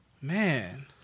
man